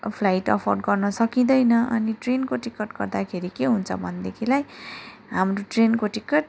flight afford गर्न सकिँदैन अनि ट्रेनको टिकट गर्दाखेरि के हुन्छ भन्देखिलाई हाम्रो ट्रेनको टिकट